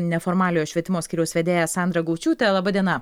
neformaliojo švietimo skyriaus vedėja sandra gaučiūtė laba diena